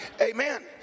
Amen